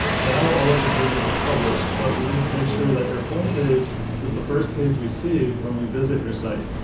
now all of your pages are published, but we need to make sure that your home page is the first page we see when we visit your site.